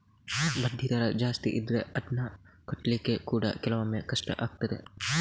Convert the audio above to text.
ಬಡ್ಡಿ ದರ ಜಾಸ್ತಿ ಇದ್ರೆ ಅದ್ನ ಕಟ್ಲಿಕ್ಕೆ ಕೂಡಾ ಕೆಲವೊಮ್ಮೆ ಕಷ್ಟ ಆಗ್ತದೆ